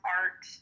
art